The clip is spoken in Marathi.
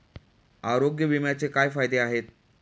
आरोग्य विम्याचे काय फायदे आहेत?